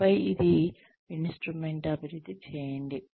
ఆపై తుది ఇన్స్ట్రుమెంట్ అభివృద్ధి చేయండి